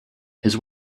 his